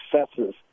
successes